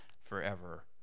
forever